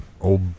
old